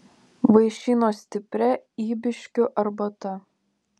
vaišino stipria ybiškių arbata